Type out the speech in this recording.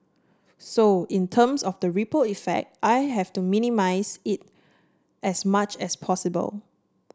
so in terms of the ripple effect I have to minimise it as much as possible